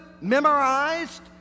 memorized